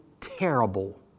terrible